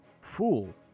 fool